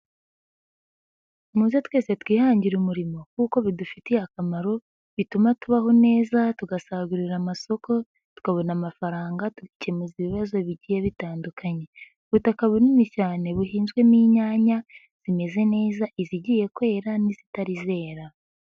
Muze twese twihangire umurimo kuko bidufitiye akamaro bituma tubaho neza, tugasagurira amasoko, tukabona amafaranga dukemura ibibazo bigiye bitandukanye. Ubutaka bunini cyane buhinzwemo inyanya zimeze neza, izigiye kwera n'izitari zera.